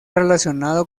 relacionado